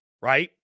right